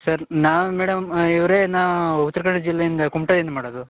sir ನಾವು madam ಇವರೇ ನಾ ಉತ್ತರ ಕನ್ನಡ ಜಿಲ್ಲೆಯಿಂದ ಕುಮಟದಿಂದ ಮಾಡೋದು